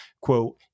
quote